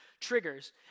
triggers